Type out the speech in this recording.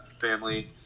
family